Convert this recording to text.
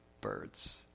birds